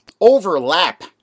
overlap